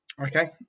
okay